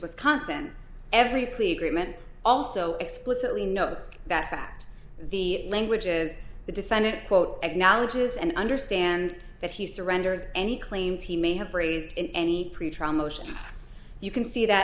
wisconsin every plea agreement also explicitly notes that fact the language is the defendant quote acknowledges and understands that he surrenders any claims he may have raised in any pretrial motion you can see that